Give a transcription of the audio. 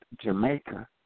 Jamaica